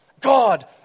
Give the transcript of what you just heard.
God